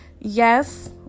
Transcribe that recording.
yes